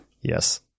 Yes